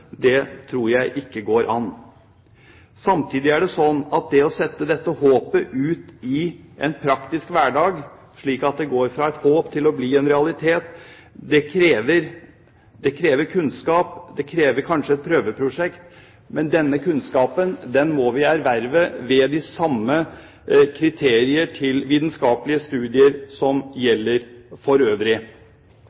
dette tror jeg ikke går an. Samtidig er det sånn at det å sette dette håpet ut i en praktisk hverdag, slik at det går fra et håp til å bli en realitet, krever kunnskap. Det krever kanskje et prøveprosjekt. Men denne kunnskapen må vi erverve ved de samme krav til vitenskapelige studier som